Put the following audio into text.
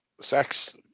sex